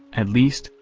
at least,